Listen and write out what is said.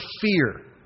fear